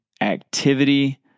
activity